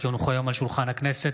כי הונחו היום על שולחן הכנסת,